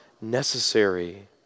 necessary